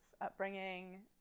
upbringing